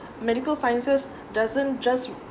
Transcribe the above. medical sciences doesn't just